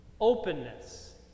openness